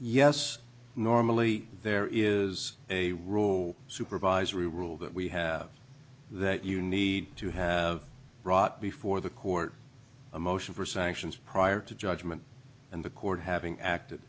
yes normally there is a row supervisory rule that we have that you need to have brought before the court a motion for sanctions prior to judgment and the court having act